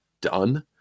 done